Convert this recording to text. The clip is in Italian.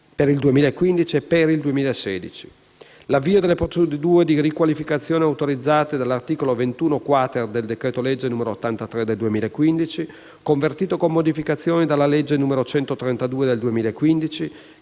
per il 2015 e per il 2016; l'avvio delle procedure di riqualificazione autorizzate dall'articolo 21-*quater* del decreto-legge n. 83 del 2015, convertito con modificazioni dalla legge n. 132 del 2015,